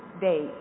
date